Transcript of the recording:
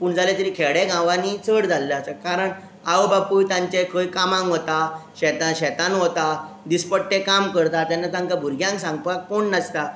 पूण जाले तरी खेडे गांवांनी चड जाल्लें आसा कारण आवय बापूय तांचे खंय कामांक वता शेता शेतान वता दिसपट्टे काम करता तेन्ना तांकां भुरग्यांक सांगपाक कोण नासता